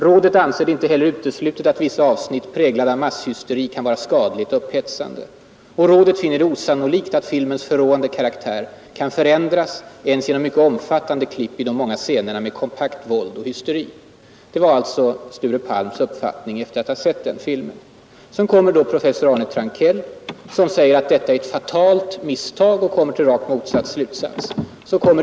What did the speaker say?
Rådet anser det inte heller uteslutet att vissa avsnitt präglade av masshysteri kan vara skadligt upphetsande. 51 Rådet finner det osannolikt att filmens förråande karaktär kan förändras ens genom mycket omfattande klipp i de många scenerna med kompakt våld och hysteri.” Det var alltså Sture Palms uppfattning efter att han sett den filmen. Sedan kommer då professor Arne Trankell som säger att biografbyrån och filmgranskningsrådet har gjort ett ”fatalt misstag” och drar motsatt slutsats.